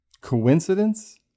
Coincidence